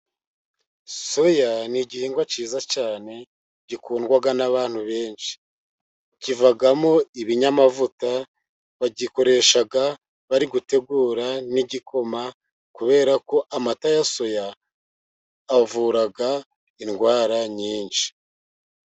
Soya ni igihingwa cyiza cyane gikundwa n'abantu benshi, kivamo ibinyamavuta, bagikoresha bari gutegura n'igikoma, kubera ko amata ya soya avura indwara nyinshi.